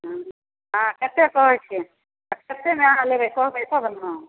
अहाँ कतेक कहै छिए कतेकमे अहाँ लेबै कहबै तब ने